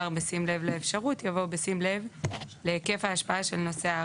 של מה?